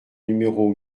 numéro